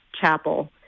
chapel